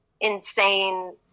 insane